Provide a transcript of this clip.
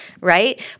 right